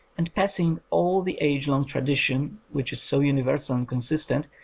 and passing all the age-long tradition, which is so universal and consistent,